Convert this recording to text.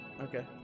Okay